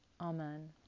Amen